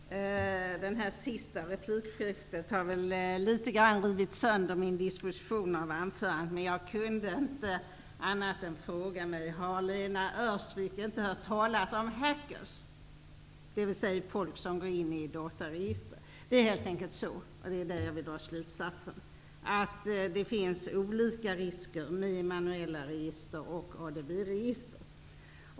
Herr talman! Det här senaste replikskiftet har väl litet grand rivit sönder min disposition av anförandet, men jag kan inte annat än ställa frågan: Har Lena Öhrsvik inte hört talas om hackers, dvs. folk som går in i dataregister? Jag vill dra slutsatsen att det finns olika risker med manuella register och ADB-register.